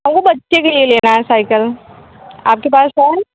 अरे बच्चे के लिए लेना है साईकल आपके पास है